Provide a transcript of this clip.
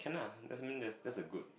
can lah doesn't mean that that's a good